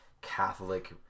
Catholic